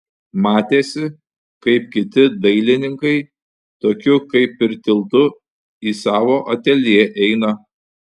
matėsi kaip kiti dailininkai tokiu kaip ir tiltu į savo ateljė eina